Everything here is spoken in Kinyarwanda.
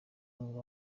muri